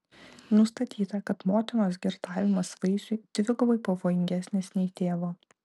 nustatyta kad motinos girtavimas vaisiui dvigubai pavojingesnis nei tėvo